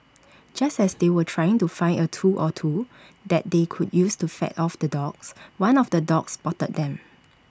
just as they were trying to find A tool or two that they could use to fend off the dogs one of the dogs spotted them